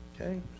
Okay